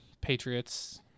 Patriots